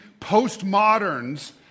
postmoderns